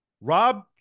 Rob